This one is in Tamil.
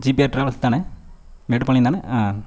ஜிபே டிராவல்ஸ் தானே மேட்டுப்பாளையம் தானே ஆ